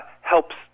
helps